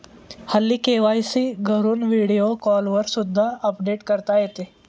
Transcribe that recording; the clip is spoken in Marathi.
हल्ली के.वाय.सी घरून व्हिडिओ कॉलवर सुद्धा अपडेट करता येते